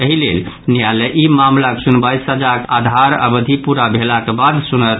एहि लेल न्यायालय ई मामिलाक सुनवाई सजाक आधार अवधि पूरा भेलाक बाद सुनत